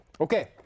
Okay